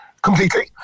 Completely